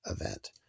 event